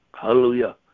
Hallelujah